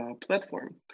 platform